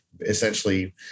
essentially